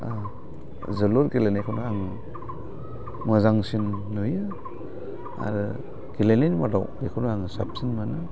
जोलुर गेलेनायखौनो आं मोजांसिन नुयो आरो गेलेनायनि मादाव बेखौनो आङो साबसिन मोनो